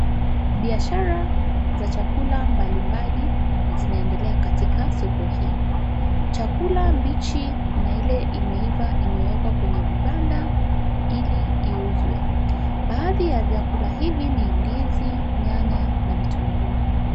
Biashara za chakula mbali mbali zinaendelea katika soko hii, chakula mbichi na ile imeiva imewekwa kwenye vibanda iliziuzwe, baadhi ya vyakula hivi ni ndizi, nyanya, na vitunguu.